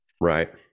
Right